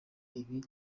ibi